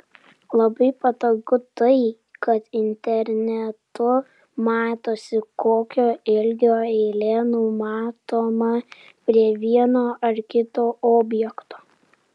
labai patogu tai kad internetu matosi kokio ilgio eilė numatoma prie vieno ar kito objekto